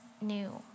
new